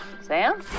Sam